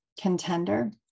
contender